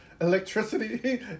electricity